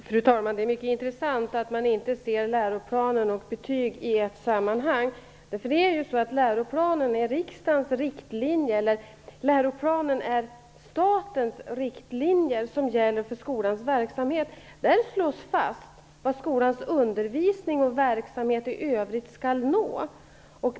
Fru talman! Det är mycket intressant att Hanna Zetterberg inte ser läroplan och betyg i ett sammanhang. Läroplanen är ju statens riktlinjer för skolans verksamhet. Där slås fast vad skolans undervisning och verksamhet i övrigt skall nå.